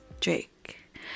Drake